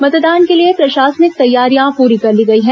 मतदान के लिए प्रशासनिक तैयारियां पूरी कर ली गई हैं